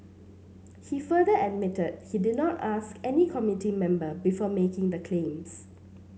he further admitted he did not ask any committee member before making the claims